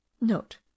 Note